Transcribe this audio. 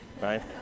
Right